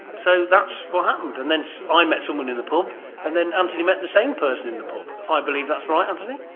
so that's what happened and then so i met someone in the pub and then anthony met the same person in the pub. if i believe that's right, anthony.